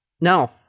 No